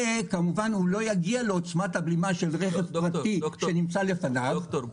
והוא לא יגיע לעוצמת הבלימה של רכב רגיל שנמצא לפניו -- דוקטור,